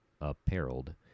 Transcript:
apparelled